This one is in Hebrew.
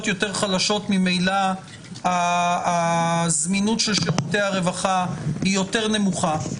יותר חלשות ממילא הזמינות של שירותי הרווחה יותר נמוכה,